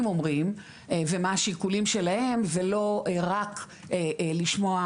אומרים ומה השיקולים שלהם ולא רק לשמוע,